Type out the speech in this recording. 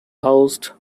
housed